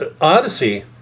Odyssey